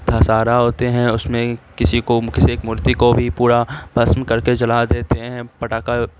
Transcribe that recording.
دشہرا ہوتے ہیں اس میں کسی کو کسی ایک مورتی کو بھی پورا بھسم کر کے جلا دیتے ہیں پٹاکا